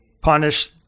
punish